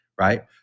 right